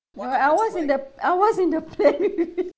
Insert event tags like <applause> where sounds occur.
well I was in the I was in the <laughs> plane with